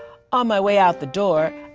on my way out the door,